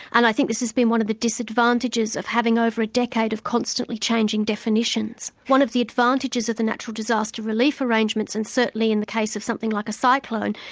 and i think this has been one of the disadvantages of having over a decade of constantly changing definitions. one of the advantages of the national disaster relief arrangements and certainly in the case of something like a cyclone,